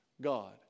God